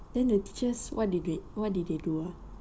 then the teachers what did they what did they do